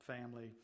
family